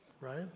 right